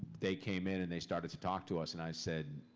they came in and they started to talk to us and i said,